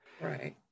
Right